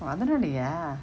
oh அதனாலயா:athanalaya